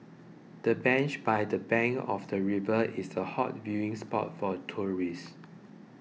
the bench by the bank of the river is a hot viewing spot for tourists